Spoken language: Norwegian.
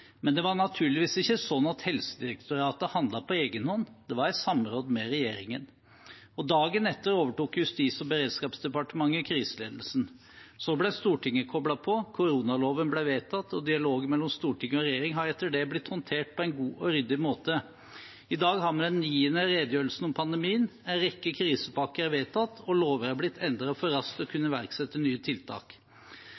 men det var naturligvis ikke sånn at Helsedirektoratet handlet på egen hånd. Det var i samråd med regjeringen, og dagen etter overtok Justis- og beredskapsdepartementet kriseledelsen. Så ble Stortinget koblet på, koronaloven ble vedtatt, og dialogen mellom storting og regjering har etter det blitt håndtert på en god og ryddig måte. I dag har vi den niende redegjørelsen om pandemien, en rekke krisepakker er vedtatt, og lover er blitt endret for raskt å